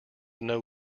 know